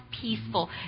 peaceful